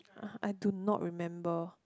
uh I do not remember